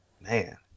Man